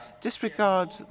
disregard